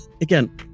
again